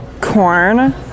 corn